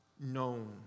Known